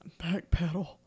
Backpedal